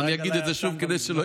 זה היה גלאי עשן במזנון.